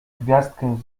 gwiazdę